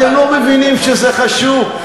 אתם לא מבינים שזה חשוב.